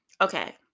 Okay